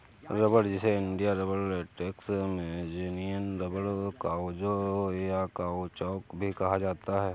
रबड़, जिसे India rubber, latex, Amazonian rubber, काउचो, या काउचौक भी कहा जाता है